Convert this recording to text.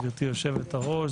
גברתי היושבת-ראש,